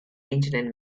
ancient